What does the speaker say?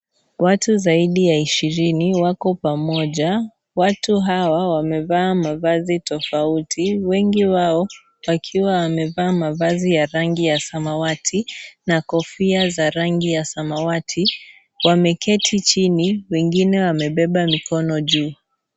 Watu zaidi ya ishirini wako pamoja. Watu hawa, wamevaa mavazi tofauti. Wengi wao, wakiwa wamevaa mavazi ya rangi ya samawati na kofia za rangi ya samawati. Wameketi chini. Wengine wamebeba mikono juu.